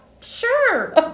sure